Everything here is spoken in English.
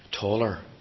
Taller